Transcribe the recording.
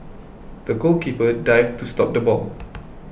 the goalkeeper dived to stop the ball